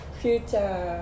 future